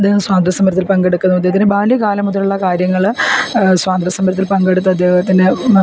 അദ്ദേഹം സ്വാതന്ത്ര്യസമരത്തിൽ പങ്കെടുക്കുന്നു അദ്ദേഹത്തിൻ്റെ ബാല്യ കാലം മുതലുള്ള കാര്യങ്ങൾ സ്വാതന്ത്ര്യ സമരത്തിൽ പങ്കടുത്ത അദ്ദേഹത്തിൻ്റെ